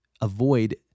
avoid